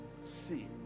See